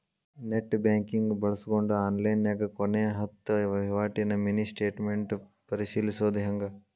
net banking ಬಳ್ಸ್ಕೊಂಡ್ ಆನ್ಲೈನ್ಯಾಗ ಕೊನೆ ಹತ್ತ ವಹಿವಾಟಿನ ಮಿನಿ ಸ್ಟೇಟ್ಮೆಂಟ್ ಪರಿಶೇಲಿಸೊದ್ ಹೆಂಗ